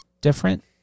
different